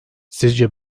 sizce